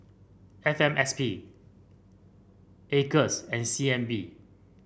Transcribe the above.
F M S P Acres and C N B